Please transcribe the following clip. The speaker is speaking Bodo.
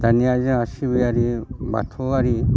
दानिया जाहा सिबियारि बाथौआरि